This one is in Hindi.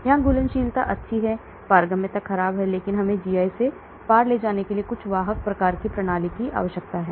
यहां घुलनशीलता अच्छा है पारगम्यता खराब है इसलिए हमें GI के पार ले जाने के लिए कुछ वाहक प्रकार की प्रणाली की आवश्यकता है